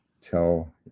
tell